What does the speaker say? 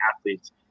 athletes